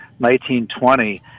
1920